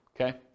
Okay